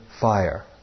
fire